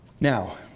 Now